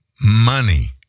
money